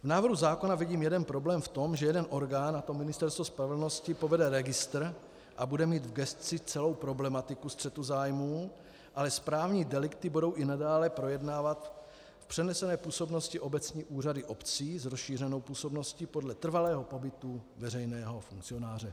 V návrhu zákona vidím jeden problém v tom, že jeden orgán, a to Ministerstvo spravedlnosti, povede registr a bude mít v gesci celou problematiku střetu zájmů, ale správní delikty budou i nadále projednávat v přenesené působnosti obecní úřady obcí s rozšířenou působností podle trvalého pobytu veřejného funkcionáře.